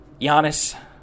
Giannis